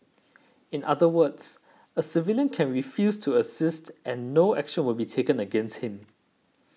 in other words a civilian can refuse to assist and no action will be taken against him